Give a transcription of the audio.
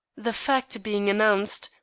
the fact being announced,